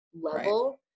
level